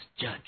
judge